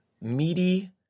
meaty